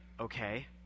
Okay